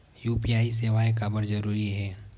UPI सेवाएं काबर जरूरी हे?